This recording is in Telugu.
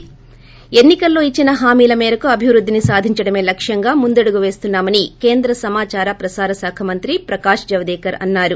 ి ఎన్ని కల్లో ఇచ్చిన హామీల మేరకు అభివృద్దిని సాధించడమే లక్ష్యంగా ముందడుగు పేస్తున్నా మని కేంద్ర సమాచార ప్రసారశాఖ మంత్రి ప్రకాశ్ జావడేకర్ అన్నారు